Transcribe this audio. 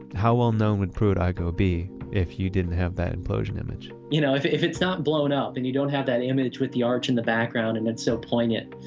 how well known would pruitt-igoe be if you didn't have that implosion image? you know, if if it's not blown up and you don't have that image with the arch in the background and it's so poignant,